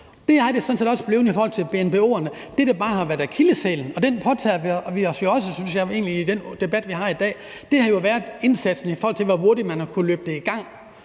det er det sådan set også blevet i forhold til BNBO-erne. Det, der bare har været akilleshælen, og det synes jeg jo egentlig også vi i den debat, vi har i dag, påtager os ansvaret for, har været indsatsen i forhold til, hvor hurtigt man har kunnet løbe det i gang.